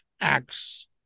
acts